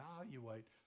evaluate